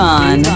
on